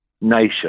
nation